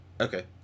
Okay